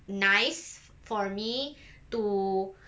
nice for me to